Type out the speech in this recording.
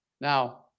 Now